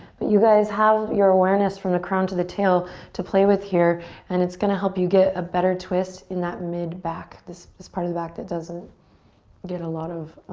but you guys have your awareness from the crowd to the tail to play with here and it's gonna help you get a better twist in that mid back. this is part of the back that doesn't get a lot of